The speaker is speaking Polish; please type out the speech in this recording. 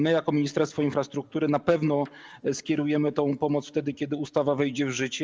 My jako Ministerstwo Infrastruktury na pewno skierujemy tę pomoc wtedy, kiedy ustawa wejdzie w życie.